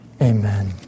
Amen